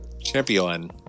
champion